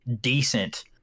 decent